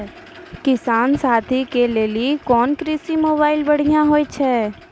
किसान साथी के लिए कोन कृषि मोबाइल बढ़िया होय छै?